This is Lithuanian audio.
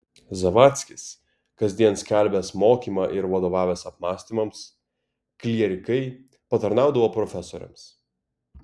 zavadzkis kasdien skelbęs mokymą ir vadovavęs apmąstymams klierikai patarnaudavo profesoriams